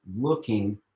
looking